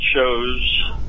shows